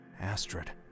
Astrid